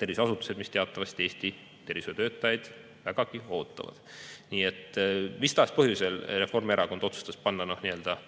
terviseasutused, mis teatavasti Eesti tervishoiutöötajaid vägagi ootavad. Nii et mis tahes põhjusel Reformierakond otsustas panna nii-öelda